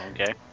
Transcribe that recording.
okay